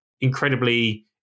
incredibly